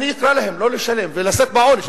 אני אקרא להם לא לשלם, ולשאת בעונש.